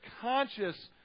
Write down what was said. conscious